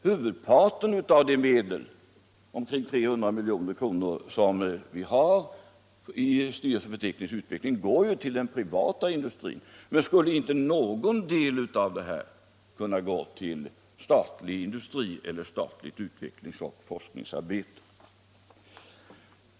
Huvudparten av de medel, omkring 300 milj.kr... som vi har i styrelsen för teknisk utveckling går ju till den privata industrin. Men skulle inte någon det därav kunna gå ull ståtlig industri eller statligt utvecklings och forskningsarbete?